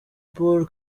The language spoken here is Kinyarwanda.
paul